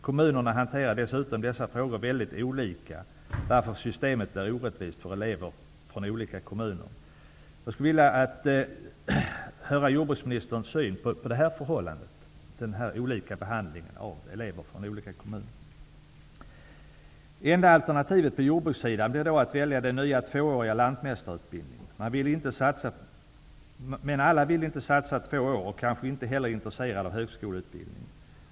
Kommunerna hanterar dessutom dessa frågor väldigt olika, varför systemet blir orättvist för elever från olika kommuner. Hur ser jordbruksministern på förhållandet med den olika behandlingen av elever från olika kommuner? Enda alternativet på jordbrukssidan blir då att välja den nya tvååriga lantmästarutbildningen. Men alla vill inte satsa två år och är kanske inte heller intresserade av högskoleutbildning.